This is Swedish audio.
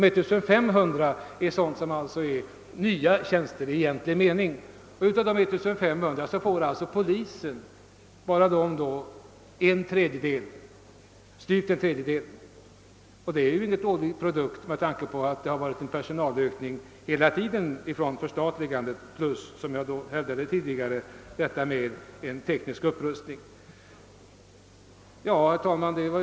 1500 tjänster är alltså att beteckna som nya i egentlig mening, och av dessa får polisen drygt en tredjedel. Detta är inget dåligt resultat med tanke på den personalökning som ägt rum hela tiden efter polisens förstatligande, vartill kommer den tekniska upprustning jag tidigare nämnt. Herr talman!